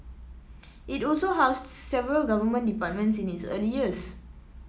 it also housed several Government departments in its early years